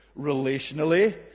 relationally